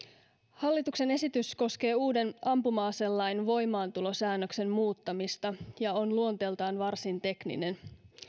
hallituksen esitys koskee uuden ampuma aselain voimaantulosäännöksen muuttamista ja on luonteeltaan varsin tekninen